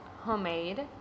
homemade